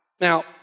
Now